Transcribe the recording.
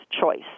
choice